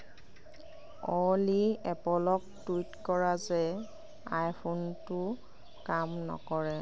অ'লি এপলক টুইট কৰা যে আইফোনটো কাম নকৰে